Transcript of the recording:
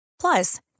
Plus